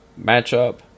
matchup